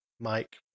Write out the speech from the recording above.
Mike